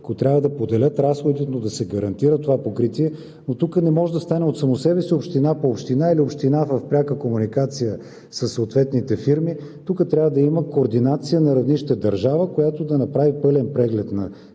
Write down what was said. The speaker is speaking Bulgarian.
ако трябва да поделят разходи, но да се гарантира това покритие. Тук обаче не може да стане от само себе си – община по община или община в пряка комуникация със съответните фирми. Тук трябва да има координация на равнище държава, която да направи пълен преглед на